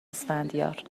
اسفندیار